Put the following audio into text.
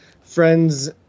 friends